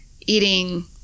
eating